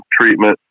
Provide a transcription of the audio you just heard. treatment